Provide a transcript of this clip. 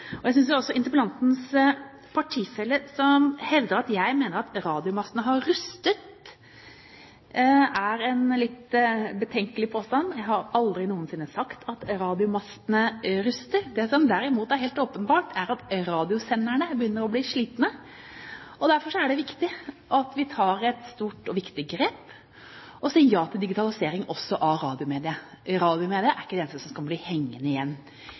fortiden. Jeg synes vel også påstanden fra interpellantens partifelle, som hevder at jeg mener at radiomastene har rustet, er litt betenkelig. Jeg har aldri noensinne sagt at radiomastene ruster. Det som derimot er helt åpenbart, er at radiosenderne begynner å bli slitne. Derfor er det viktig at vi tar et stort grep og sier ja til digitalisering også av radiomediet. Radiomediet er ikke det som skal bli hengende igjen